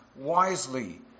wisely